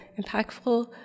impactful